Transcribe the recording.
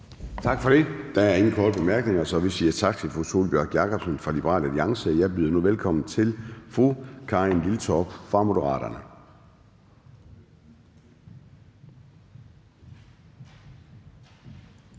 Tak for det. Der er ingen korte bemærkninger, så vi siger tak til hr. Steffen W. Frølund fra Liberal Alliance. Jeg byder nu velkommen til hr. Mohammad Rona fra Moderaterne.